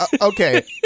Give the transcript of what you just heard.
okay